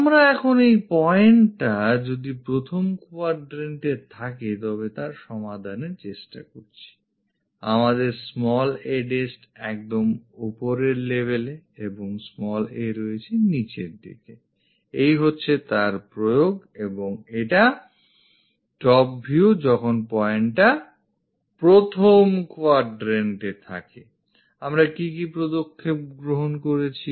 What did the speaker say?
আমরা এখন এই pointটা যদি প্রথম quadrant থাকে তবে তার সমাধানের চেষ্টা করছিI আমাদের a' একদম উপরের levelএ এবং a রয়েছে নিচের দিকেI এই হচ্ছে তার প্রয়োগ এবং এটা টপ ভিউ যখন pointটা প্রথম quadrant এ থাকেI আমরা কি কি পদক্ষেপ গ্রহণ করেছি